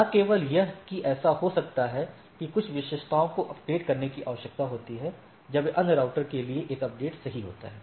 न केवल यह कि ऐसा हो सकता है कि कुछ विशेषताओं को अपडेट करने की आवश्यकता होती है जब अन्य राउटर के लिए एक अपडेट सही होता है